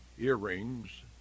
Earrings